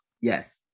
Yes